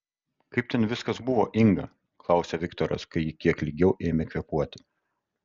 kaip ten viskas buvo inga klausė viktoras kai ji kiek lygiau ėmė kvėpuoti